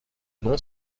nom